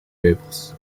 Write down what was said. meubels